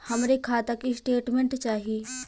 हमरे खाता के स्टेटमेंट चाही?